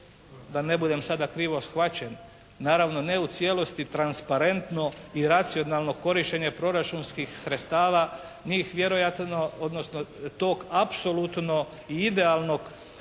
da ne budem sada krivo shvaćen, naravno ne u cijelosti transparentno i racionalno korištenje proračunskih sredstava. Njih vjerojatno odnosno tog apsolutno i idealnog procesa